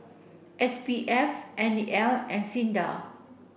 S P F N E L and SINDA